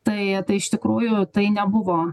tai tai iš tikrųjų tai nebuvo